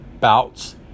bouts